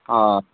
ಹಾಂ